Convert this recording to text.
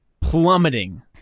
Plummeting